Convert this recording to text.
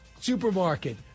supermarket